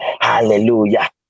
hallelujah